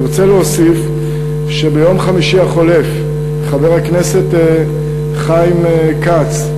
אני רוצה להוסיף שביום חמישי החולף חבר הכנסת חיים כץ,